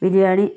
biryani